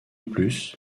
plus